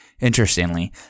Interestingly